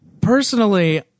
personally